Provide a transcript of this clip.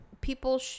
People